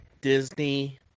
Disney